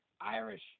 Irish